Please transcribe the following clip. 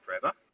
forever